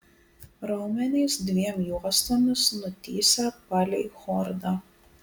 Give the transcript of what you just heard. raumenys dviem juostomis nutįsę palei chordą